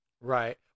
Right